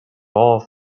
all